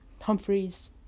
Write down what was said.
Humphrey's